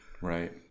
right